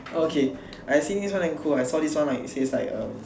okay I see this one damn cool I saw this like one says like um